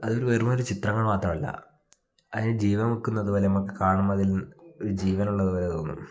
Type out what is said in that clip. അത് ഒരു വെറുമൊരു ചിത്രങ്ങൾ മാത്രമല്ല അതിന് ജീവൻ വയ്ക്കുന്നതുപോലെ നമ്മൾക്ക് കാണുമ്പം അതിൽ ഒരു ജീവനുള്ളതു പോലെ തോന്നും